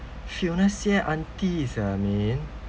fiona xie aunties ah me